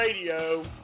Radio